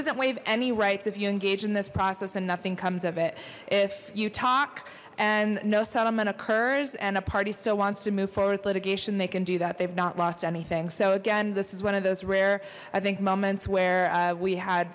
doesn't waive any rights if you engage in this process and nothing comes of it if you talk and no settlement occurs and a party still wants to move forward litigation they can do that they've not lost anything so again this is one of those rare i think moments where we had